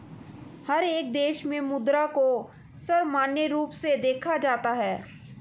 हर एक देश में मुद्रा को सर्वमान्य रूप से देखा जाता है